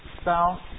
spouse